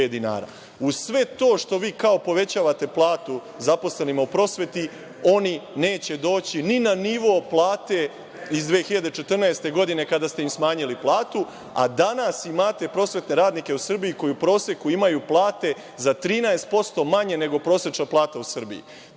sve to što vi kao povećavate platu zaposlenima u prosveti, oni neće doći ni na nivo plate iz 2014. godine kada ste im smanjili platu, a danas imate prosvetne radnike u Srbiji koji u proseku imaju plate za 13% manje nego prosečna plata u Srbiji.